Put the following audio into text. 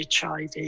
HIV